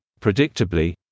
predictably